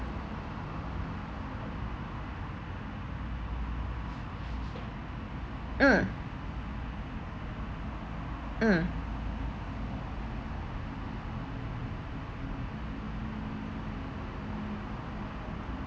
mm mm